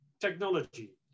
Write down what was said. technology